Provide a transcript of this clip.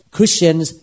Christians